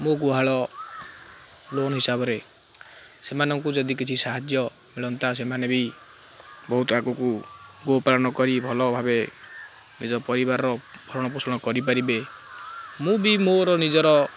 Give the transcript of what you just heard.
ମୋ ଗୁହାଳ ଲୋନ୍ ହିସାବରେ ସେମାନଙ୍କୁ ଯଦି କିଛି ସାହାଯ୍ୟ ମିଳନ୍ତା ସେମାନେ ବି ବହୁତ ଆଗକୁ ଗୋପାଳନ କରି ଭଲ ଭାବେ ନିଜ ପରିବାରର ଭରଣ ପୋଷଣ କରିପାରିବେ ମୁଁ ବି ମୋର ନିଜର